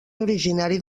originari